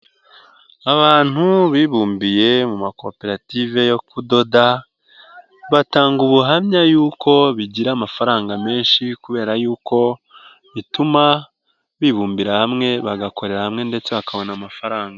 Abantu bibumbiye mu makoperative yo kudoda, batanga ubuhamya yuko bigira amafaranga menshi kubera yuko bituma bibumbira hamwe, bagakorera hamwe ndetse bakabona amafaranga.